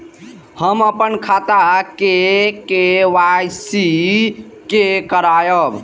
हम अपन खाता के के.वाई.सी के करायब?